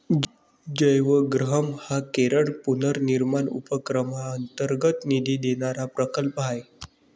जयवग्रहम हा केरळ पुनर्निर्माण उपक्रमांतर्गत निधी देणारा प्रकल्प आहे